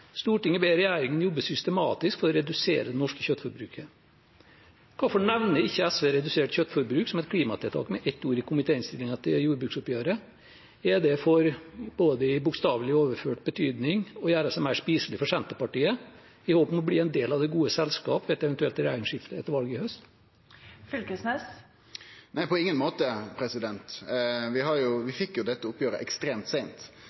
ber regjeringen jobbe systematisk for å redusere det norske kjøttforbruket.» Hvorfor nevner ikke SV redusert kjøttforbruk som et klimatiltak med ett ord i komitéinnstillingen til jordbruksoppgjøret? Er det for – både i bokstavelig og i overført betydning – å gjøre seg mer spiselig for Senterpartiet, i håp om å bli en del av det gode selskap etter et eventuelt regjeringsskifte etter valget i høst? Nei, på ingen måte. Vi fekk dette oppgjeret ekstremt seint,